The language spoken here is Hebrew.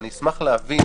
אני אשמח להבין